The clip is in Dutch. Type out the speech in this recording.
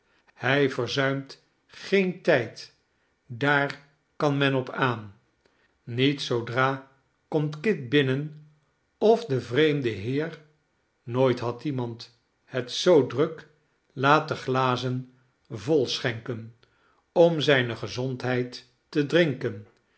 hij verzuimt geentijd daar kan men op aan niet zoodra komt kit binnen of de vreemde heer nooit had iemand het zoo druk laat de glazen vol schenken om zijne gezondheid te drinken